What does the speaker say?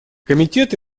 комитет